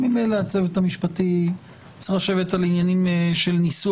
ממילא הצוות המשפטי צריך לשבת על ענייני ניסוח,